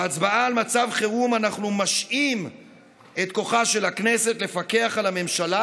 בהצבעה על מצב חירום אנחנו משעים את כוחה של הכנסת לפקח על הממשלה